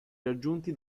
raggiunti